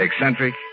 Eccentric